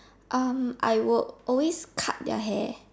um I would always cut their hair